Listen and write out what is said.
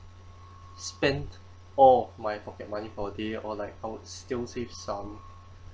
spend all my pocket money for a day or like I would still save some